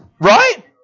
Right